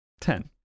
Ten